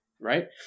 right